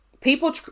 people